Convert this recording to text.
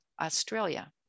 Australia